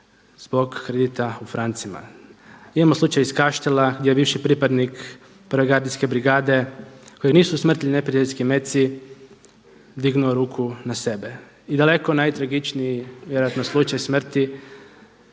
zbog kredita u francima.“ Imamo slučaj iz Kaštela gdje je bivši pripadnik 1. Gardijske brigade kojeg nisu usmrtili neprijateljski metci dignuo ruku na sebe i daleko najtragičniji vjerojatno slučaj smrti